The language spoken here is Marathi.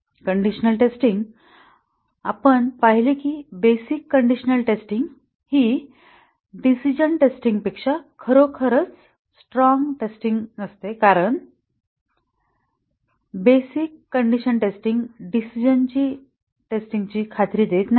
कंडिशनल टेस्टिंग आपण पाहिले की बेसिक कंडिशनल टेस्टिंग हि डिसिजणं टेस्टिंग पेक्षा खरोखरच स्ट्रॉंग टेस्टिंग नसते कारण basic condition testing decision testing ची खात्री देत नाही